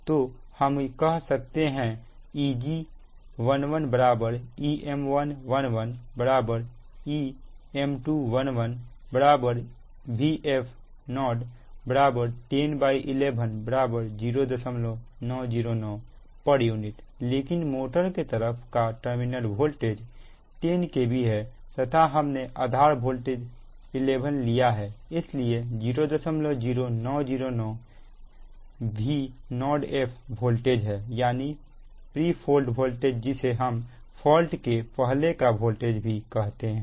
तो हम कह सकते हैं Eg11 Em111 Em211 Vf0 1011 0909 puलेकिन मोटर के तरफ का टर्मिनल वोल्टेज 10 KV है तथा हमने आधार वोल्टेज 11 लिया है इसलिए 00909 Vf0 वोल्टेज है